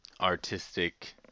artistic